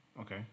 okay